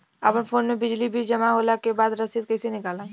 अपना फोन मे बिजली बिल जमा होला के बाद रसीद कैसे निकालम?